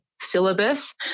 syllabus